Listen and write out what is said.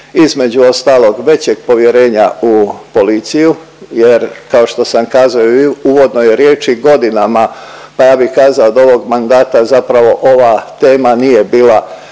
između ostalog većeg povjerenja u policiju jer kao što sam kazao i u uvodnoj riječi godinama, pa ja bih kazao do ovog mandata zapravo ova tema nije bila